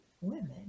women